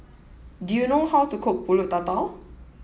do you know how to cook Pulut Tatal